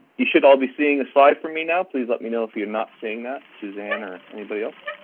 you should all be seeing a slide from me now. please let me know if you're not seeing that. suzanne or anybody else.